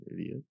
idiot